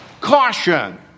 caution